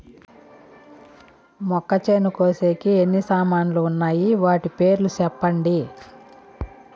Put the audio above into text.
మొక్కచేను కోసేకి ఎన్ని సామాన్లు వున్నాయి? వాటి పేర్లు సెప్పండి?